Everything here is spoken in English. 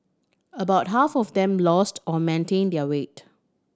about half of them lost or maintained their weight